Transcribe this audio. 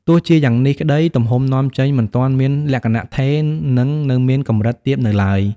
ទោះជាយ៉ាងនេះក្តី ទំហំនាំចេញមិនទាន់មានលក្ខណៈថេរ និងនៅមានកម្រិតទាបនៅឡើយ។